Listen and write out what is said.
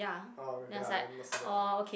oh okay lah then not so bad lah